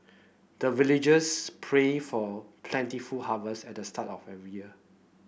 the villagers pray for plentiful harvest at the start of every year